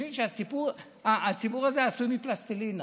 וחושבים שהציבור הזה עשוי מפלסטלינה.